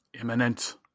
Imminent